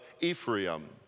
Ephraim